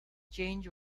change